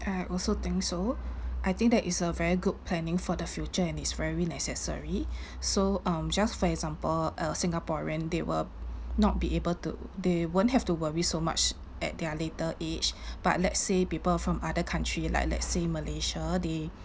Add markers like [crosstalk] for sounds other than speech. I also think so I think that is a very good planning for the future and is very necessary [breath] so um just for example uh singaporean they will not be able to they won't have to worry so much at their later age [breath] but let's say people from other country like let's say malaysia they